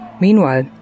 Meanwhile